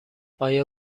آیا